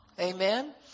Amen